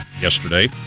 yesterday